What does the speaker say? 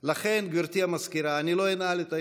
לכן, גברתי המזכירה, אני לא אנעל את הישיבה.